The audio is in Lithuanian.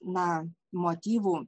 na motyvų